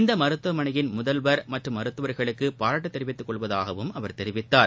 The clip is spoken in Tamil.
இந்த மருத்துவமனையின் முதல்வர் மற்றும் மருத்துவர்களுக்கு பாராட்டு தெரிவித்துக் கொள்வதாகவும் அவர் தெரிவித்தார்